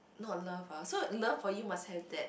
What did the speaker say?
not love ah so love for you must have that